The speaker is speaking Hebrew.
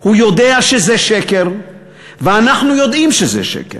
הוא יודע שזה שקר ואנחנו יודעים שזה שקר.